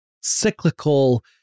cyclical